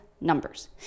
numbers